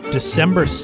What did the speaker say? December